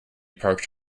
parked